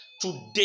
Today